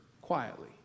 quietly